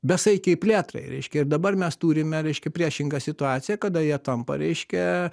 besaikei plėtrai reiškia ir dabar mes turime reiškia priešingą situaciją kada jie tampa reiškia